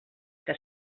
que